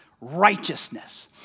righteousness